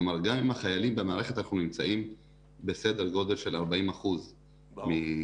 כלומר גם עם החיילים במערכת אנחנו נמצאים בסדר גודל של 40% מהתפוסה,